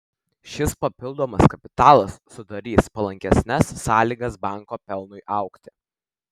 šis papildomas kapitalas sudarys palankesnes sąlygas banko pelnui augti